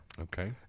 Okay